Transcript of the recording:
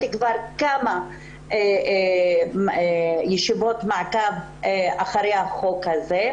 קיימתי כבר כמה ישיבות מעקב אחרי החוק הזה.